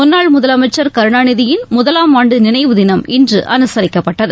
முன்னாள் முதலமைச்சர் கருணாநிதியின் முதலாம் ஆண்டு நினைவு தினம் இன்று அனுசரிக்கப்பட்டது